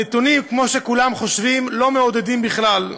הנתונים, כמו שכולם חושבים, לא מעודדים בכלל.